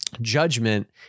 judgment